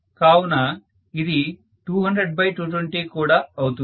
కావున ఇది 200220 కూడా అవుతుంది